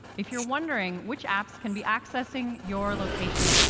if you're wondering which apps can be accessing your location,